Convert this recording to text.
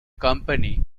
company